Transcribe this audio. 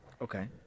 Okay